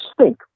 stink